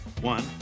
One